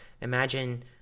Imagine